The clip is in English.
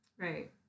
Right